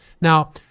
Now